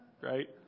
right